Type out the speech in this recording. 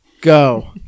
go